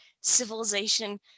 civilization